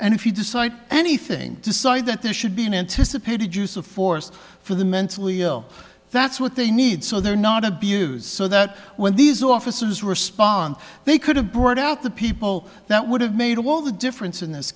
and if you decide anything decide that there should be an anticipated use of force for the mentally ill that's what they need so they're not abuse so that when these officers respond they could have brought out the people that would have made all the difference in this